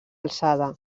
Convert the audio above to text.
alçada